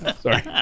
Sorry